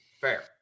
Fair